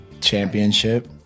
championship